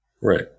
Right